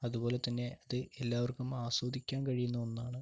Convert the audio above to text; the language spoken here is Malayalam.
അതുപോലെതന്നെ അത് എല്ലാവർക്കും ആസ്വദിക്കാൻ കഴിയുന്ന ഒന്നാണ്